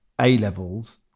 A-levels